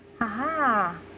Aha